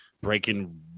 breaking